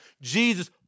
Jesus